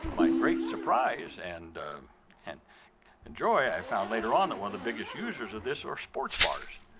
my great surprise and and and joy i found later on that one of the biggest users of this are sports bars